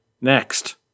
Next